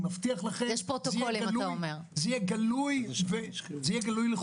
מבטיח לכם - זה יהיה גלוי לכולם.